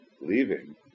leaving